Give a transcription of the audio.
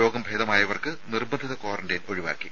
രോഗം ഭേദമായവർക്ക് നിർബന്ധിത ക്വാറന്റൈൻ ഒഴിവാക്കി